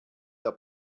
der